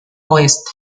oeste